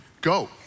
go